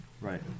Right